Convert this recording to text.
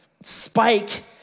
spike